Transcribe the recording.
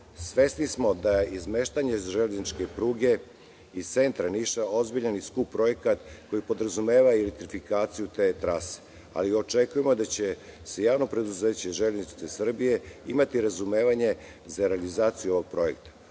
Svesni smo da je izmeštanje železničke pruge iz centra Niša ozbiljan i skup projekat koji podrazumeva i elektrifikaciju te trase, ali očekujemo da će JP „Železnice Srbije“ imati razumevanje za realizaciju ovog projekta.